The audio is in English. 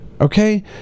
okay